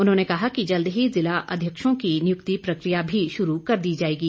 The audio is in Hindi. उन्होंने कहा कि जल्द ही जिला अध्यक्षों की नियुक्ति प्रकिया भी शुरू कर दी जाएगी